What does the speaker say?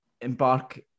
embark